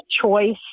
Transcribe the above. choice